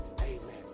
Amen